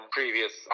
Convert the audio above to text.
previous